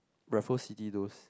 Raffles City those